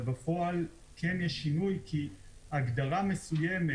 אבל בפועל יש שינוי כי הגדרה מסוימת